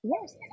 Yes